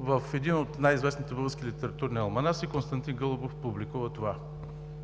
в един от най-известните български литературни алманаси Константин Гълъбов публикува това.